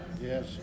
Yes